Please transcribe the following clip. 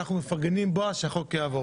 אנחנו מפרגנים, בועז, שהחוק יעבור.